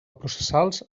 processals